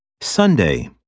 Sunday